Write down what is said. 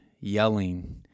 yelling